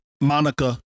monica